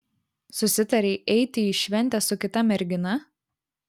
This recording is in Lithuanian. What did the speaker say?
susitarei eiti į šventę su kita mergina